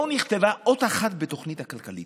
לא נכתבה אות אחת בתוכנית הכלכלית.